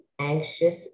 anxious